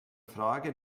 frage